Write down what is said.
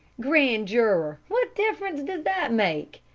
grand juror what difference does that make?